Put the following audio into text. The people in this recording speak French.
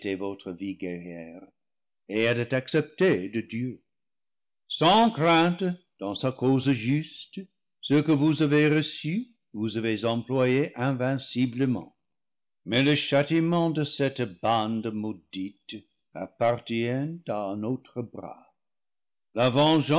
votre vie guerrière et elle est acceptée de dieu sans crainte dans sa cause juste ce que vous avez reçu vous avez employé invinciblement mais le châtiment de cette bande maudite appartient à un autre bras